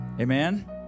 amen